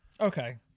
Okay